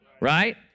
right